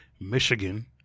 Michigan